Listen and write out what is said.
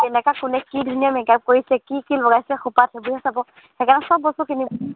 কেনেকুৱা কোনে কি ধুনীয়া মেকআপ কৰিছে কি কি লগাইছে খোপাত সেইবোৰহে চাব সেইকাৰণে সব বস্তুখিনি